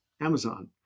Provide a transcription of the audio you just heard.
Amazon